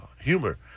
humor